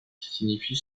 signifie